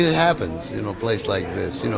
happens in a place like this. you know